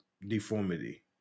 deformity